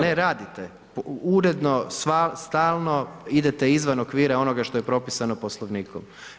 Ne, radite, uredno, stalno idete izvan okvira onoga što je propisano Poslovnikom.